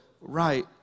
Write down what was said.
right